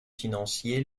financiers